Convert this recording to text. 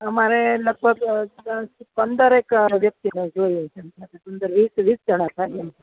અમારે લગભગ પંદર એક વ્યક્તિનું જોવે છે પંદર વીસ વીસ જણા થાય એમ